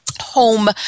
home